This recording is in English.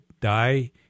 die